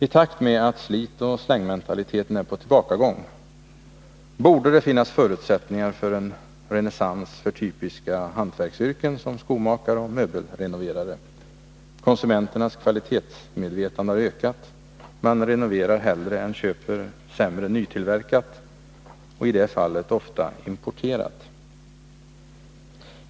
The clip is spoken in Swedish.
I takt med att slitoch slängmentaliteten är på tillbakagång, borde det finnas förutsättningar för en renässans för typiska hantverksyrken som skomakare och möbelrenoverare. Konsumenternas kvalitetsmedvetande har ökat. Man renoverar hellre än köper sämre nytillverkat, i det fallet ofta importerat.